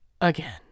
again